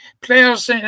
players